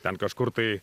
ten kažkur tai